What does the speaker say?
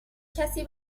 کسی